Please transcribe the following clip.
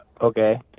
Okay